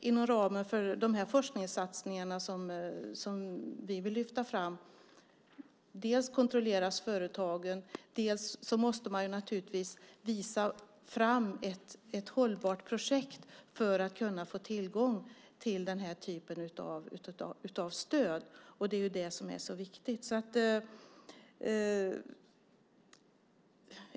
Inom ramen för de forskningssatsningar som vi vill lyfta fram ska företagen dels kontrolleras, dels visa fram ett hållbart projekt för att få tillgång till den här typen av stöd. Det är det som är så viktigt.